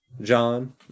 john